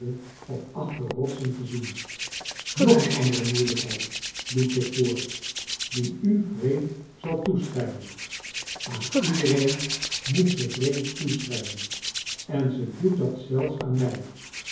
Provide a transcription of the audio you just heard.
of achter rotsen te zien nog een andere moeielijkheid doet zich voor die u vreemd zal toeschijnen aan iedereen moet ze vreemd toeschijnen en ze doet dat zelfs aan mij